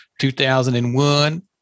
2001